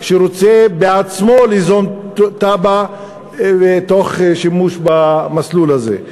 שרוצה בעצמו ליזום תב"ע תוך שימוש במסלול הזה.